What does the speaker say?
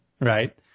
Right